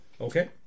okay